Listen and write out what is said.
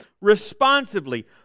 responsively